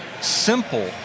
simple